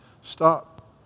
Stop